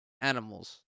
animals